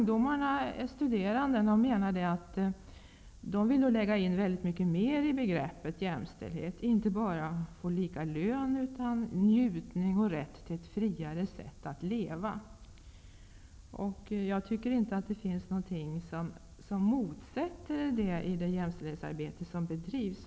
Dessa studerande ungdomar menar att de vill lägga in mycket mer i begreppet jämställdhet -- inte bara lika lön, utan njutning och rätt till ett friare sätt att leva. Jag tycker inte att det finns något som motsäger detta i det jämställdhetsarbete som bedrivs.